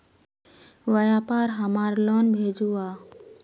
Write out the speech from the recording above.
व्यापार हमार लोन भेजुआ?